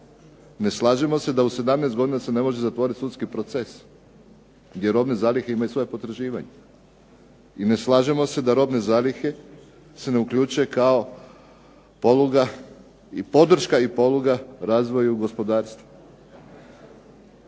Ne slažemo se da u 17 godina se ne može zatvoriti sudski proces, gdje robne zalihe imaju svoja potraživanja i ne slažemo se da robne zalihe se ne uključe kao poluga i podrška razvoju gospodarstva.